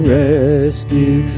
rescue